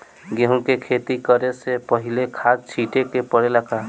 गेहू के खेती करे से पहिले खाद छिटे के परेला का?